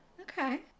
Okay